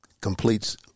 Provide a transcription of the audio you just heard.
completes